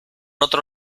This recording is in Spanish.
otro